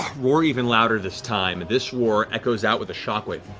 roar even louder this time. this roar echoes out with a shockwave.